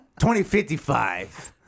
2055